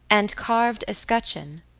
and carved escutcheon,